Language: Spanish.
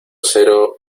cero